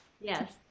Yes